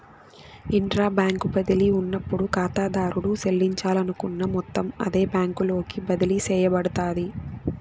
intra bank బదిలీ ఉన్నప్పుడు కాతాదారుడు సెల్లించాలనుకున్న మొత్తం అదే బ్యాంకులోకి బదిలీ సేయబడతాది